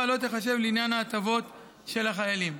לא תיחשב לעניין ההטבות של החיילים.